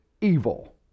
evil